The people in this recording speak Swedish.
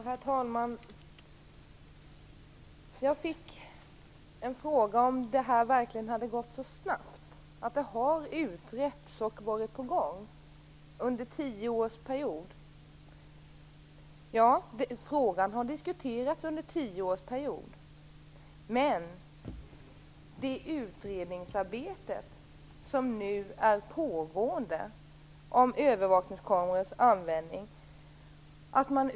Herr talman! Märta Johansson ifrågasatte om det här verkligen har gått så snabbt. Hon sade att det här har utretts och varit på gång under en tioårsperiod. Ja, frågan har diskuterats under tio år. Men det pågår nu ett utredningsarbete om övervakningskamerors användning.